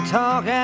talk